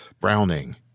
Browning